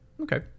Okay